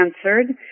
answered